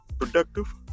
productive